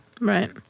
Right